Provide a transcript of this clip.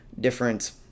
different